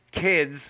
kids